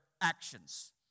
actions